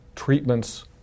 Treatments